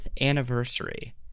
anniversary